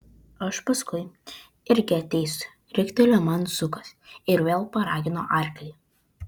aš paskui irgi ateisiu riktelėjo man zukas ir vėl paragino arklį